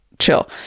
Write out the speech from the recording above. chill